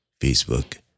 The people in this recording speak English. Facebook